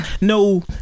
no